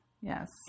Yes